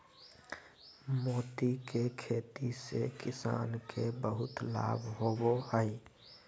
मोती के खेती से किसान के बहुत लाभ होवो हय